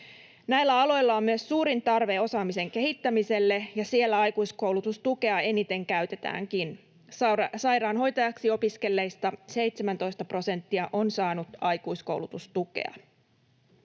Näillä aloilla on myös suurin tarve osaamisen kehittämiselle, ja siellä aikuiskoulutustukea eniten käytetäänkin. Sairaanhoitajaksi opiskelleista 17 prosenttia on saanut aikuiskoulutustukea.